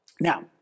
Now